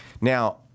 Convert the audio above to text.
Now